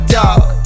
dog